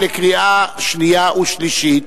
14 בעד,